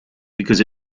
because